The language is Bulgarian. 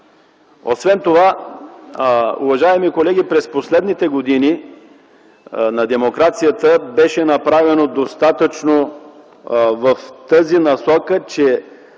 Освен това, уважаеми колеги, през последните години на демокрацията беше направено достатъчно в тази насока, че